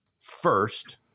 first